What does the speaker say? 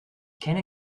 kenne